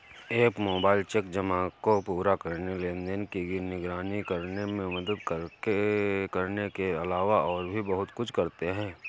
app mobile check जमा को पूरा करने, लेनदेन की निगरानी करने में मदद करने के अलावा और भी बहुत कुछ करते हैं